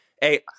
hey